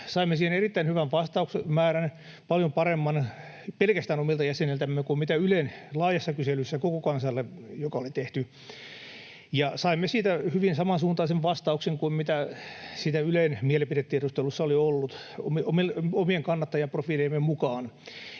Saimme siihen erittäin hyvän vastausmäärän, paljon paremman pelkästään omilta jäseniltämme kuin mitä Ylen laajassa kyselyssä, joka oli tehty koko kansalle. Saimme siitä hyvin samansuuntaisen vastauksen, kuin mitä siinä Ylen mielipidetiedustelussa oli ollut, omien kannattajaprofiiliemme mukaan.